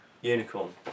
unicorn